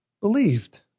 believed